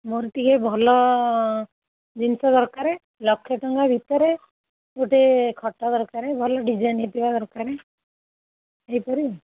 ମୋର ଟିକେ ଭଲ ଜିନିଷ ଦରକାର ଲକ୍ଷେ ଟଙ୍କା ଭିତରେ ଗୋଟେ ଖଟ ଦରକାର ଭଲ ଡିଜାଇନ୍ ହୋଇଥିବା ଦରକାର ଏହିପରି